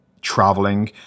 traveling